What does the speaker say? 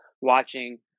watching